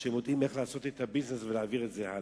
שהם יודעים איך לעשות את הביזנס ולהעביר את זה הלאה.